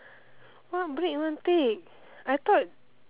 what break you want take I thought